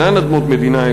אינן אדמות מדינה,